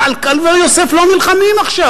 אבל על קבר יוסף לא נלחמים עכשיו,